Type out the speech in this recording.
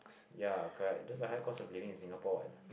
ya correct there's a high cost of living in Singapore what